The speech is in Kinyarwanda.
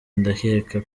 ndakeka